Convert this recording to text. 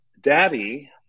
daddy